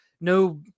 no